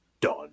Done